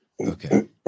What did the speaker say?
Okay